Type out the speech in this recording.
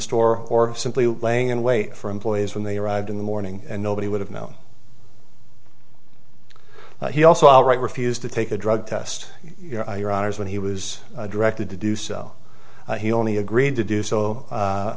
store or simply laying in wait for employees when they arrived in the morning and nobody would have known he also outright refused to take a drug test your honor when he was directed to do so he only agreed to do so